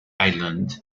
island